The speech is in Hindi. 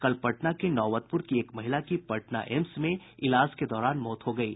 कल पटना के नौबतपुर की एक महिला की पटना एम्स में इलाज के दौरान मौत हो गयी